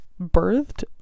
birthed